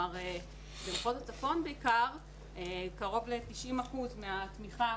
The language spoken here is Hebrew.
במחוז הצפון בעיקר קרוב ל-90% מהתמיכה